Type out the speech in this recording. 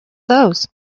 those